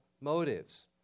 motives